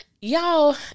Y'all